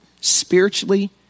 spiritually